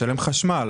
משלם חשמל.